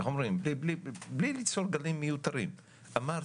איך אומרים, בלי ליצור גלים מיותרים, אמרתי,